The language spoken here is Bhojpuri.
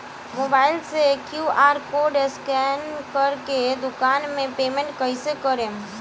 मोबाइल से क्यू.आर कोड स्कैन कर के दुकान मे पेमेंट कईसे करेम?